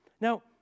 Now